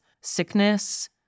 sickness